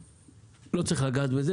לא צריך לגעת בו.